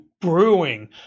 Brewing